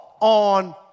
on